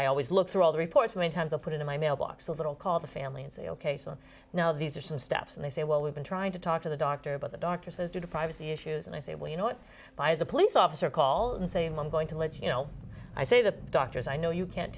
i always look through all the reports many times i put it in my mailbox a little called the family and say ok so now these are some steps and they say well we've been trying to talk to the dr but the doctor says due to privacy issues and i say well you know what i as a police officer call and say mom going to let you know i say the doctors i know you can't